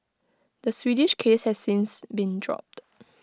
the Swedish case has since been dropped